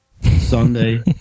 Sunday